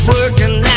Working